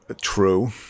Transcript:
true